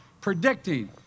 predicting